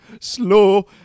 slow